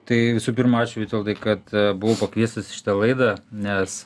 tai visų pirma ačiū vitoldai kad buvau pakviestas į šitą laidą nes